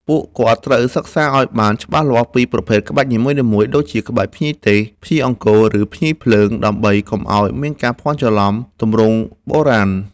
ពួកគាត់ត្រូវសិក្សាឱ្យបានច្បាស់លាស់ពីប្រភេទក្បាច់នីមួយៗ ដូចជាក្បាច់ភ្ញីទេស ភ្ញីអង្គរ ឬភ្ញីភ្លើង ដើម្បីកុំឱ្យមានការភាន់ច្រឡំទម្រង់បុរាណ។